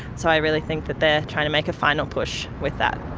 so i really think that they're trying to make a final push with that.